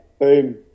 boom